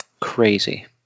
crazy